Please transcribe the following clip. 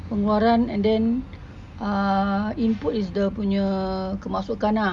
pengeluaran and then uh input is dia punya kemasukan ah